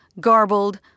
garbled